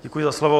Děkuji za slovo.